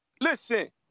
Listen